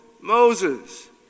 Moses